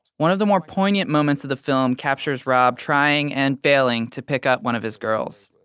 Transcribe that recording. one of the more poignant moments of the film captures rob trying and failing to pick up one of his girls.